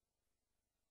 במשרד הרווחה,